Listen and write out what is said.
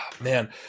man